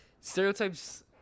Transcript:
Stereotypes